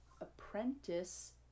apprentice